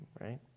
right